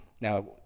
Now